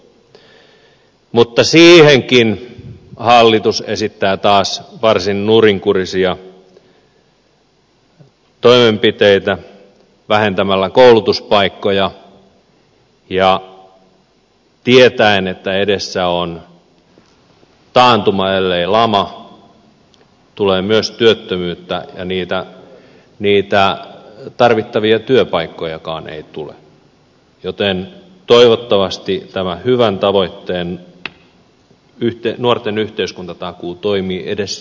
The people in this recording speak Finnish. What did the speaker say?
mutta siihenkin hallitus esittää taas varsin nurinkurisia toimenpiteitä vähentämällä koulutuspaikkoja tietäen että edessä on taantuma ellei lama tulee myös työttömyyttä ja niitä tarvittavia työpaikkojakaan ei tule joten toivottavasti tämä hyvä tavoite nuorten yhteiskuntatakuu toimii edes jotenkin